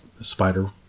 spider